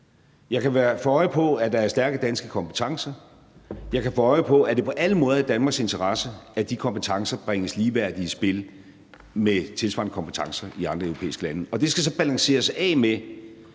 Jeg kan få øje på, at der er stærke danske kompetencer; jeg kan få øje på, at det på alle måder er i Danmarks interesse, at de kompetencer bringes ligeværdigt i spil med tilsvarende kompetencer i andre europæiske lande. Det skal så afbalanceres, i